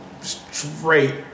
Straight